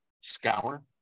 Scour